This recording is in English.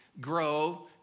grow